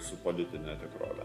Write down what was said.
su politine tikrove